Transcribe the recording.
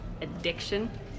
Addiction